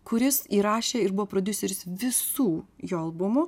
kuris įrašė ir buvo prodiuseris visų jo albumų